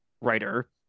writer